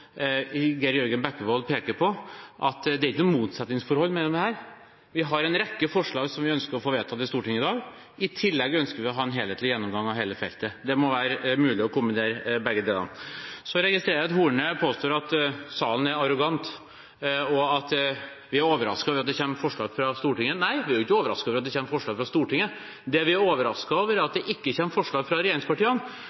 Geir Jørgen Bekkevold peker på, at det er ikke noe motsetningsforhold her. Vi har en rekke forslag som vi ønsker å få vedtatt i Stortinget i dag. I tillegg ønsker vi å ha en helhetlig gjennomgang av hele feltet. Det må være mulig å kombinere begge deler. Så registrerer jeg at Horne påstår at salen er arrogant og at vi er overrasket over at det kommer forslag fra Stortinget. Nei, vi er ikke overrasket over at det kommer forslag fra Stortinget. Det vi er overrasket over, er at